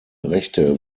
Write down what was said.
rechte